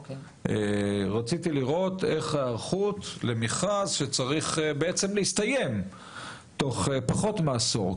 רציתי לראות אם יש היערכות לקראת מכרז שיסתיים בעוד כעשור.